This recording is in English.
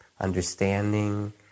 understanding